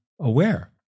aware